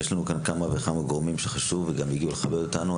ונמצאים פה גורמים חשובים שהגיעו גם כדי לכבד אותנו.